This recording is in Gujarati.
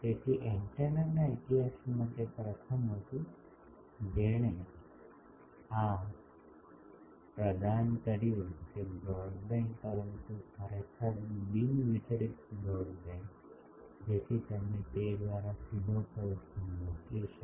તેથી એન્ટેનાના ઇતિહાસમાં તે પ્રથમ હતું જેણે આ પ્રદાન કર્યું કે બ્રોડબેન્ડ પરંતુ ખરેખર બિન વિતરિત બ્રોડબેન્ડ જેથી તમે તે દ્વારા સીધો પલ્સ મોકલી શકો